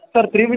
sir three Min